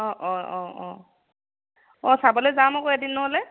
অঁ অঁ অঁ অঁ অঁ চাবলে যাম আকৌ এদিন নহ'লে